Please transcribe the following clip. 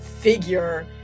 figure